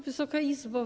Wysoka Izbo!